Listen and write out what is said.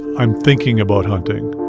i'm thinking about ah